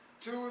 two